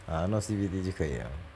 ah not C_B_D 就可以 liao